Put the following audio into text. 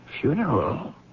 funeral